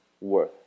worth